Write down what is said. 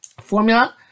formula